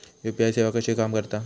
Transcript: UPI सेवा कशी काम करता?